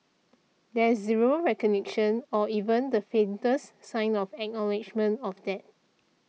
there's zero recognition or even the faintest sign of acknowledgement of that